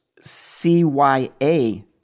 CYA